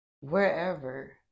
wherever